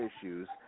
issues